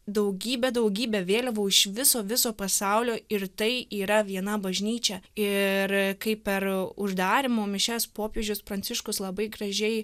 daugybę daugybę vėliavų iš viso viso pasaulio ir tai yra viena bažnyčia ir kaip per uždarymo mišias popiežius pranciškus labai gražiai